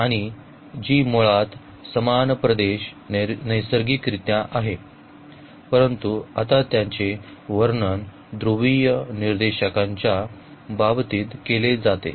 आणि जी मुळात समान प्रदेश नैसर्गिकरित्या आहे परंतु आता त्याचे वर्णन ध्रुवीय निर्देशांकांच्या बाबतीत केले जाते